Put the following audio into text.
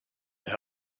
they